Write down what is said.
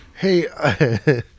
Hey